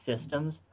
systems